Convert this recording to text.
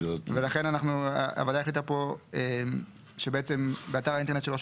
לכן הוועדה החליטה פה שבאתר האינטרנט של רשות